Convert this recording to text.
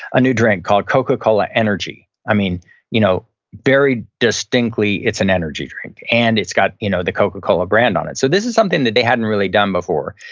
a new drink called coca-cola energy. i mean you know very distinctly it's an energy drink and it's got you know the coca-cola brand on it. so this is something that they hadn't really done before.